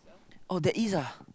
oh there is ah